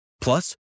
Plus